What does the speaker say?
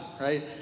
right